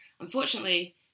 unfortunately